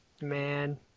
Man